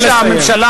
מפני שכל מעשה כזה,